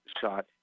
shot